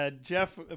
Jeff